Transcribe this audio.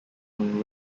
when